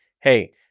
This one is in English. hey